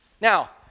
Now